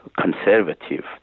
conservative